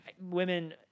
women